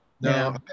No